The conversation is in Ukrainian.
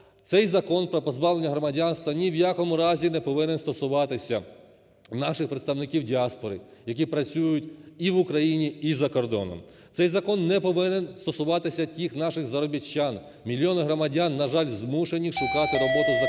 цей Закон про позбавлення громадянства ні в якому разі не повинен стосуватися наших представників діаспори, які працюють і в Україні, і за кордоном. Цей закон не повинен стосуватися тих наших заробітчан, мільйони громадян, на жаль, змушені шукати роботу за кордоном,